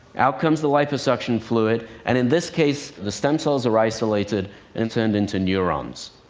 out comes the liposuction fluid, and in this case, the stem cells are isolated and turned into neurons.